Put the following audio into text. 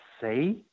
say